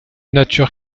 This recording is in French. nature